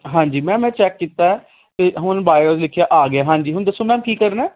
ਹਾਂਜੀ ਮੈਮ ਮੈਂ ਚੈੱਕ ਕੀਤਾ ਹੈ ਅਤੇ ਹੁਣ ਬਾਇਓਜ ਲਿਖਿਆ ਆ ਗਿਆ ਹਾਂਜੀ ਹੁਣ ਦੱਸੋ ਮੈਮ ਕੀ ਕਰਨਾ